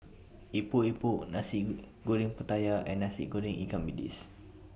Epok Epok Nasi Goreng Pattaya and Nasi Goreng Ikan Bilis